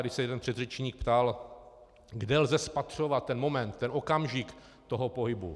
Tady se jeden předřečník ptal, kde lze spatřovat ten moment, ten okamžik toho pohybu.